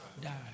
die